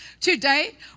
Today